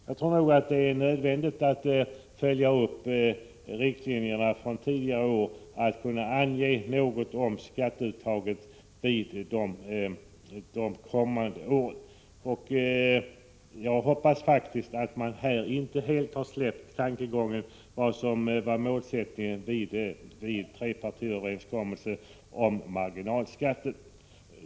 Det är nog nödvändigt att följa riktlinjerna från tidigare år och ange något om skatteuttaget de kommande åren. Jag hoppas att man inte helt har släppt vad som var målsättningen vid trepartiöverenskommelsen om marginalskatten.